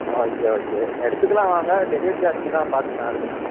okay okay எடுத்துக்கலாம் வாங்க delivery சார்ஜ்க்கெல்லாம் பார்த்துக்கலாம் அதுகென்ன